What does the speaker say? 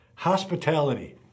hospitality